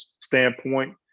standpoint